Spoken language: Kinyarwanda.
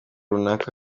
runaka